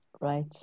Right